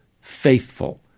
faithful